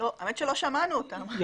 האמת שלא שמענו אותם.